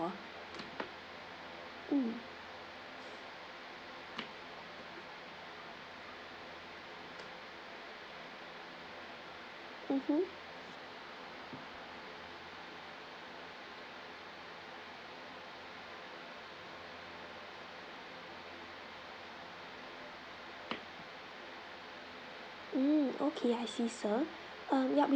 ~ore mm mmhmm mm okay I see sir err yup we